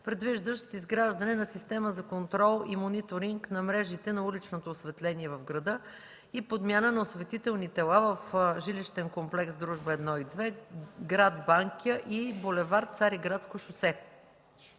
предвиждащ изграждане на система за контрол и мониторинг на мрежите на уличното осветление в града и подмяна на осветителни тела в жилищен комплекс „Дружба” 1 и 2, град Банкя и булевард „Цариградско шосе”..